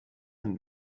dem